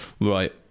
Right